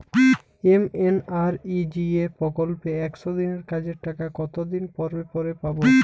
MNREGA প্রকল্পে একশ দিনের কাজের টাকা কতদিন পরে পরে পাব?